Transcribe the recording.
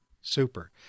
Super